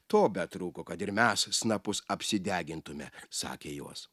to betrūko kad ir mes snapus apsidegintume sakė jos